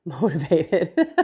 motivated